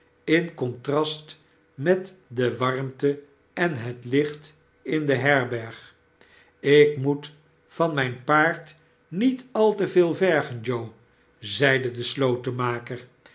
in contrast met de warmte en het licht in de herberg ik moet van mijn paard niet al te veel vergen joe zeide de